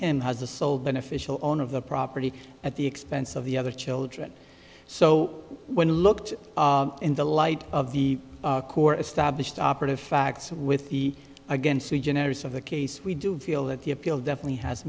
him has the sole beneficial owner of the property at the expense of the other children so when looked in the light of the core established operative facts with the against the genetics of the case we do feel that the appeal definitely has